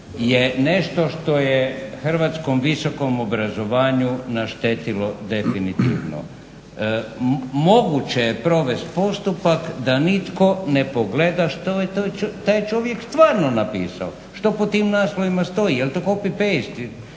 je nešto što je hrvatskom visokom obrazovanju naštetilo definitivno. Moguće je provesti postupak da nitko ne pogleda što je taj čovjek stvarno napisao, što pod tim naslovima stoji. Jel' to copy paste